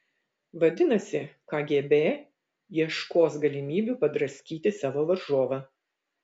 vadinasi kgb ieškos galimybių padraskyti savo varžovą